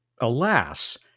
Alas